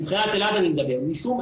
כל דבר